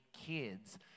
kids